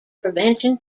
prevention